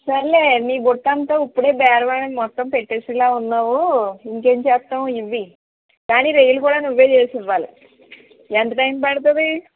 సరేలే నీ బుట్టంతా ఇప్పుడే బేరమాడి మొత్తం పెట్టేసేలా ఉన్నావూ ఇంకేం చేస్తాం ఇవ్వు కానీ రోయ్యలు కూడా నువ్వే చేసివ్వాలి ఎంత టైం పడుతుంది